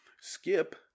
Skip